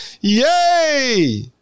Yay